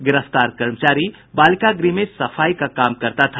गिरफ्तार कर्मचारी बालिका गृह में साफ सफाई का काम करता था